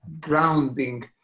grounding